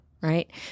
right